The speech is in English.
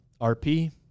rp